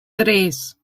tres